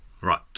Right